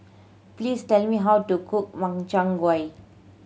please tell me how to cook Makchang Gui